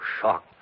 shock